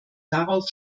darauf